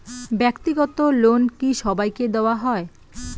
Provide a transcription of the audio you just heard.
ব্যাক্তিগত লোন কি সবাইকে দেওয়া হয়?